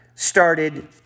started